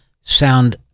sound